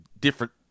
different